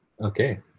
Okay